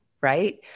right